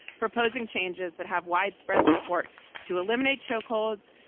proposing changes that have widespread support to eliminate chokeholds,